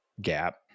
gap